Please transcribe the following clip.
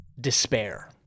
despair